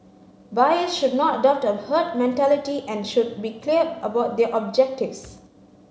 buyers should not adopt a herd mentality and should be clear about their objectives